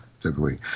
typically